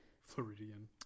Floridian